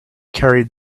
carried